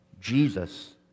Jesus